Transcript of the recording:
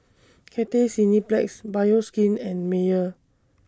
Cathay Cineplex Bioskin and Mayer